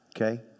Okay